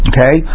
Okay